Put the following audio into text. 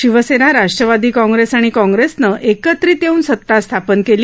Shiv Sena Rashtravadi Congress आणि काँग्रेसनं एकत्रित येऊन सता स्थापन केली